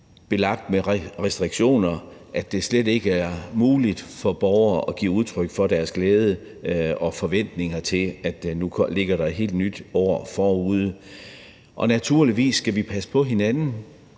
belagt med restriktioner, at det slet ikke er muligt for borgere at give udtryk for deres glæde over og forventninger til, at der nu ligger et helt nyt år forude. Og naturligvis er det hævet